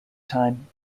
time